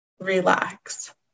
relax